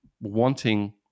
wanting